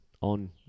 On